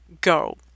go